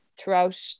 throughout